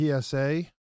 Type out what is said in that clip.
PSA